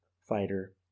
fighter